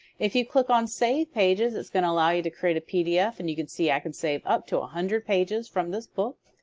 if you click on save pages it's going to allow you to create a pdf and you can see i could save up to a hundred pages from this book.